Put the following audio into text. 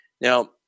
Now